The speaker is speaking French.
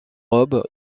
aube